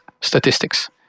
statistics